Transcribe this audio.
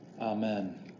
Amen